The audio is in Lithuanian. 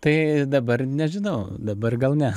tai dabar nežinau dabar gal ne